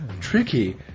tricky